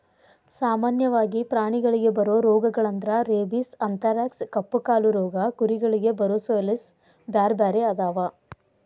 ಸಾಮನ್ಯವಾಗಿ ಪ್ರಾಣಿಗಳಿಗೆ ಬರೋ ರೋಗಗಳಂದ್ರ ರೇಬಿಸ್, ಅಂಥರಾಕ್ಸ್ ಕಪ್ಪುಕಾಲು ರೋಗ ಕುರಿಗಳಿಗೆ ಬರೊಸೋಲೇಸ್ ಬ್ಯಾರ್ಬ್ಯಾರೇ ಅದಾವ